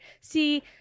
See